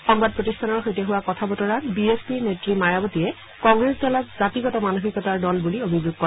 সংবাদ প্ৰতিষ্ঠানৰ সৈতে হোৱা কথা বতৰাত বি এছ পিৰ নেত্ৰী মায়াবতীয়ে কংগ্ৰেছ দলক জাতিগত মানসিকতাৰ দল বুলি অভিযোগ কৰে